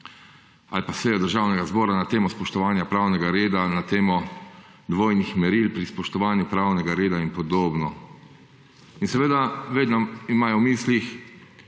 ali pa sejo Državnega zbora, na temo spoštovanja pravnega reda in na temo dvojnih meril pri spoštovanju pravnega reda in podobno in seveda, vedno imajo v mislih